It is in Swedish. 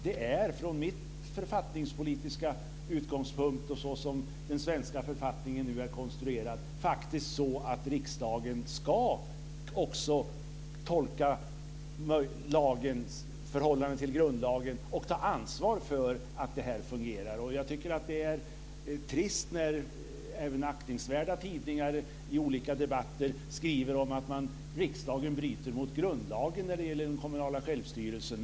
Det är utifrån min författningspolitiska utgångspunkt, och såsom den svenska författningen nu är konstruerad, faktiskt så att riksdagen ska tolka förhållandet till grundlagen och ta ansvar för att det fungerar. Jag tycker att det är trist när även aktningsvärda tidningar i olika debatter skriver om att riksdagen bryter mot grundlagen när det gäller den kommunala självstyrelsen.